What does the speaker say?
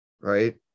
right